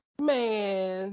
Man